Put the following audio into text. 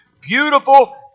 beautiful